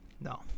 no